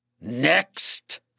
Next